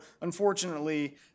unfortunately